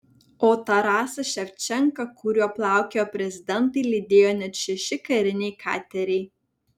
o tarasą ševčenką kuriuo plaukiojo prezidentai lydėjo net šeši kariniai kateriai